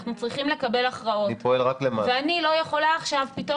אנחנו צריכים לקבל הערכות ואני לא יכולה עכשיו פתאום